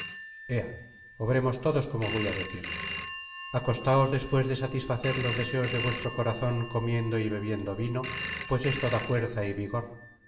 obremos todos como voy á decir acostaos después de satisfacer los deseos de vuestro corazón comiendo y bebiendo vino pues esto da fuerza y vigor